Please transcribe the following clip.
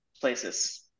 places